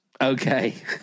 Okay